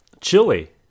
Chili